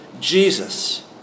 jesus